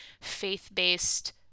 faith-based